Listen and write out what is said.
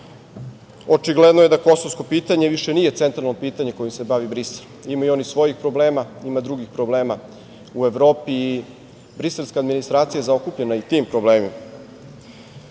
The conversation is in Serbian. Očigledno je da kosovsko pitanje više nije centralno pitanje kojim se bavi Brisel. Imaju oni svojih problema, ima drugih problema u Evropi i briselska administracija je zaokupljena i tim problemima. Čini